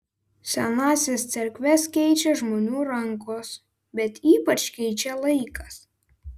senąsias cerkves keičia žmonių rankos bet ypač keičia laikas